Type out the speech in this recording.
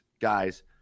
guys